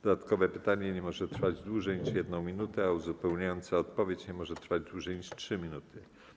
Dodatkowe pytanie nie może trwać dłużej niż 1 minutę, a uzupełniająca odpowiedź nie może trwać dłużej niż 3 minuty.